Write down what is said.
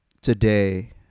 today